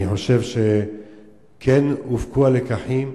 אני חושב שכן הופקו הלקחים,